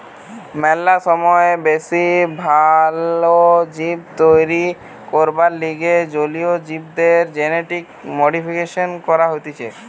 ম্যালা সময় বেশি ভাল জীব তৈরী করবার লিগে জলীয় জীবদের জেনেটিক মডিফিকেশন করা হতিছে